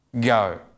go